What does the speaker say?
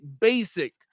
basic